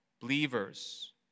believers